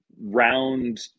round